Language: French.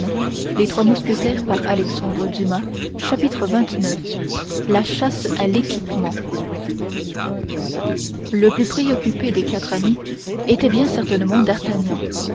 xxix la chasse à l'équipement le plus préoccupé des quatre amis était bien certainement d'artagnan